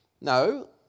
No